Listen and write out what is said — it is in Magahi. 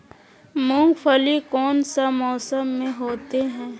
मूंगफली कौन सा मौसम में होते हैं?